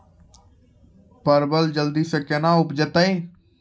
परवल जल्दी से के ना उपजाते?